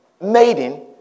maiden